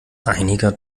einiger